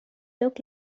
look